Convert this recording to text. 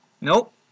Nope